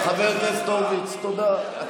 חבר הכנסת הורוביץ, תודה רבה.